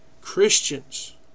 Christians